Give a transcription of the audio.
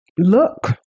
look